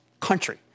country